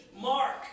Mark